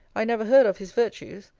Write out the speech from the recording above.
i never head of his virtues.